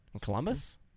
Columbus